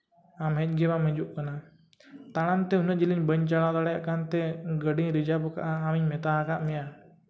ᱟᱢ ᱦᱮᱡ ᱜᱮ ᱵᱟᱢ ᱦᱤᱡᱩᱜ ᱠᱟᱱᱟ ᱛᱟᱲᱟᱢ ᱛᱮ ᱩᱱᱟᱹᱜ ᱡᱤᱞᱤᱧ ᱵᱟᱹᱧ ᱪᱟᱞᱟᱣ ᱫᱟᱲᱮᱭᱟᱜ ᱠᱟᱱᱛᱮ ᱜᱟᱹᱰᱤᱧ ᱨᱤᱡᱟᱵᱷ ᱠᱟᱜᱼᱟ ᱟᱢᱤᱧ ᱢᱮᱛᱟᱣ ᱠᱟᱜ ᱢᱮᱭᱟ